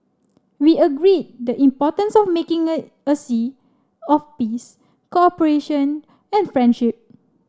we agreed the importance of making it a sea of peace cooperation and friendship